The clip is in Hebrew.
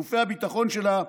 גופי הביטחון שלה,